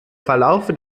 verlaufe